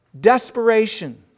Desperation